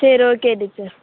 சரி okay teacher